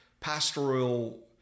pastoral